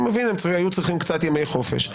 אני מבין, הם היו צריכים קצת ימי חופש.